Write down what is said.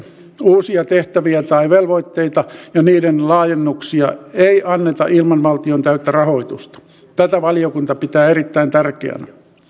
uusia tehtäviä tai velvoitteita ja niiden laajennuksia ei anneta ilman valtion täyttä rahoitusta tätä valiokunta pitää erittäin tärkeänä